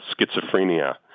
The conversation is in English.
schizophrenia